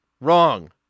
Wrong